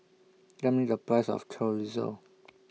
Tell Me The Price of Chorizo